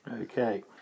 Okay